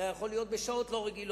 זה היה יכול להיות בשעות לא רגילות,